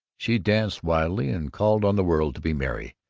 she danced wildly, and called on the world to be merry,